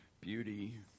beauty